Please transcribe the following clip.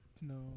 No